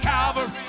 Calvary